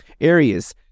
areas